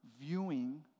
viewing